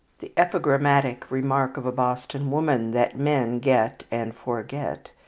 the epigrammatic remark of a boston woman that men get and forget,